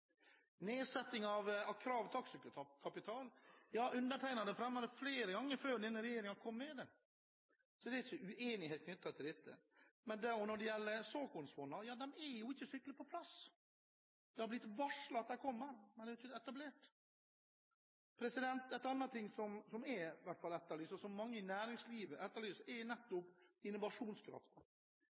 undertegnede fremmet forslag om det flere ganger før denne regjeringen kom med det. Så det er ikke uenighet knyttet til dette. Men når det gjelder såkornfondene, er de ikke skikkelig på plass. Det har blitt varslet at de kommer, men de er jo ikke etablert. En annen ting som jeg i hvert fall har etterlyst, og som mange i næringslivet etterlyser, er